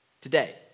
today